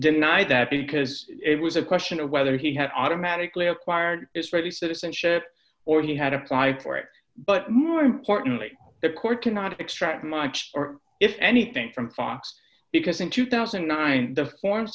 denied that because it was a question of whether he had automatically acquired israeli citizenship or he had apply for it but more importantly the court cannot extract much if anything from fox because in two thousand and nine the for